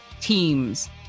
teams